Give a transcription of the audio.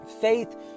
Faith